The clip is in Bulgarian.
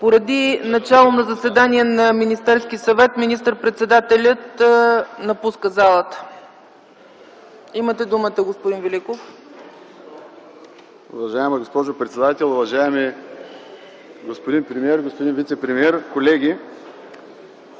Поради начало на заседание в Министерския съвет министър-председателят напуска залата. Имате думата, господин Великов. ТОДОР ВЕЛИКОВ (независим): Уважаема госпожо председател, уважаеми господин премиер, господин вицепремиер, колеги!